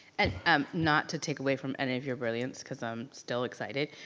and um not to take away from any of your brilliance cause i'm still excited,